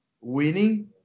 winning